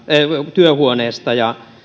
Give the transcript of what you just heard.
työhuoneestani